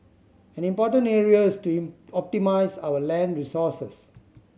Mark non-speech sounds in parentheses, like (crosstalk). an important areas to (unintelligible) optimise our land resources